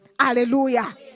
Hallelujah